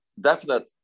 definite